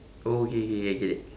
oh okay okay okay I get it